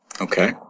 Okay